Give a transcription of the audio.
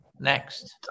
next